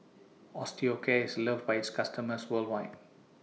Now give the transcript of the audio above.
Osteocare IS loved By its customers worldwide